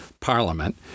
Parliament